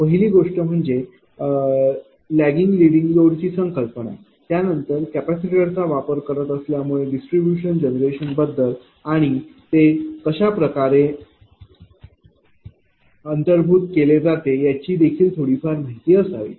पहिली गोष्ट म्हणजे लेगिंग लीडिंग लोड ची संकल्पना त्यानंतर कॅपेसिटरचा वापर करत असल्यामुळे डिस्ट्रीब्यूशन जनरेशन बद्दल आणि ते कशाप्रकारे अंतर्भूत केले जाते याची देखील थोडीफार माहिती असावी